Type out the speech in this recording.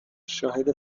شاهد